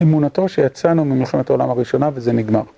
אמונתו שיצאנו ממלחמת העולם הראשונה וזה נגמר.